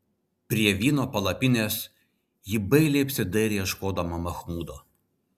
prie vyno palapinės ji bailiai apsidairė ieškodama machmudo